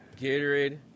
Gatorade